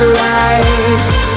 lights